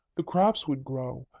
the crops would grow,